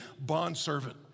bondservant